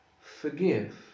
Forgive